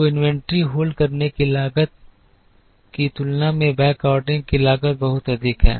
तो inventory hold करने की लागत की तुलना में बैकऑर्डरिंग की लागत बहुत अधिक है